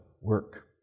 work